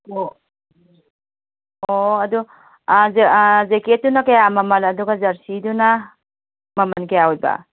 ꯑꯣ ꯑꯣ ꯑꯗꯨ ꯖꯦꯀꯦꯠꯇꯨꯅ ꯀꯌꯥ ꯃꯃꯜ ꯑꯗꯨꯒ ꯖꯔꯁꯤꯗꯨꯅ ꯃꯃꯜ ꯀꯌꯥ ꯑꯣꯏꯕ